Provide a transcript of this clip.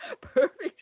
perfect